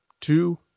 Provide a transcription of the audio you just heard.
two